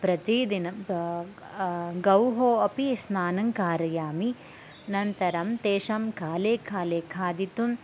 प्रतिदिनं गौः अपि स्नानं कारयामि अनन्तरं तेषां काले काले खादितुं